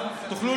מה פתאום?